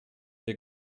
der